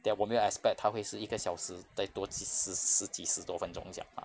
then 我没有 expect 它会是一个小时再多几十十几十多分钟这样 mah